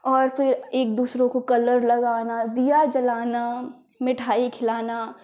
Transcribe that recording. और फिर एक दूसरे को कलर लगाना दीया जलाना मिठाई खिलाना